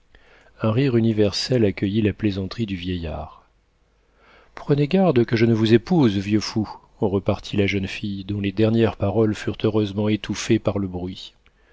un rire universel accueillit la plaisanterie du vieillard prenez garde que je ne vous épouse vieux fou repartit la jeune fille dont les dernières paroles furent heureusement étouffées par le bruit